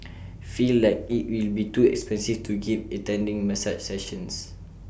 feel like IT will be too expensive to keep attending massage sessions